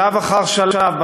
שלב אחר שלב,